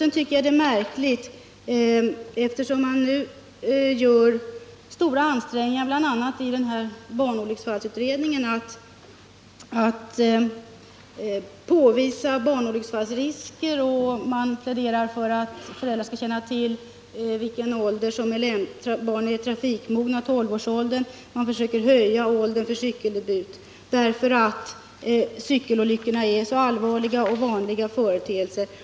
Man gör nu stora ansträngningar bl.a. i barnolycksfallsutredningen att påvisa barnolycksfallsrisker, och man pläderar för att föräldrar skall känna till vid vilken ålder barn är trafik mogna, och det sker ju först i tolvårsåldern. Man försöker också höja åldern för cykeldebuten, eftersom cykelolyckorna är så vanliga och allvarliga företeelser.